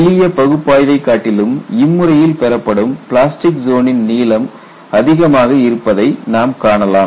எளிய பகுப்பாய்வை காட்டிலும் இம்முறையில் பெறப்படும் பிளாஸ்டிக் ஜோனின் நீளம் அதிகமாக இருப்பதை நாம் காணலாம்